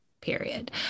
period